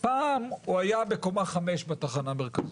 פעם הוא היה בקומה חמש בתחנה המרכזית.